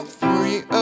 free